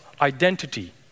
identity